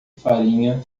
farinha